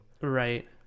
right